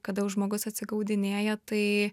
kada jau žmogus atsigaudinėja tai